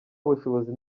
bushobozi